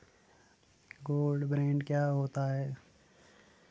Gold bond क्या होता है?